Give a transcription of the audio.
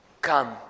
come